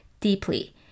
deeply